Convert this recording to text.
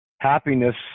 happiness